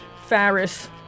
Farris